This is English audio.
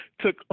took